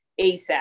asap